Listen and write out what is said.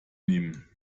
nehmen